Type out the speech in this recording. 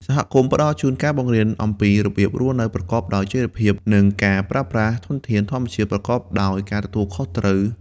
សហគមន៍ផ្តល់ជូនការបង្រៀនអំពីរបៀបរស់នៅប្រកបដោយចីរភាព និងការប្រើប្រាស់ ធនធាន ធម្មជាតិប្រកបដោយការទទួលខុសត្រូវ។